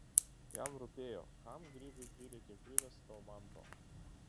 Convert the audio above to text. jam rūpėjo kam grygui prireikė krivės talmanto